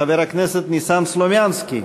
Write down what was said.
חבר הכנסת ניסן סלומינסקי,